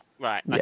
Right